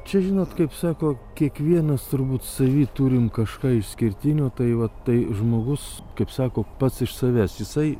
čia žinot kaip sako kiekvienas turbūt savy turim kažką išskirtinio tai va tai žmogus kaip sako pats iš savęs jisai